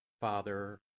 Father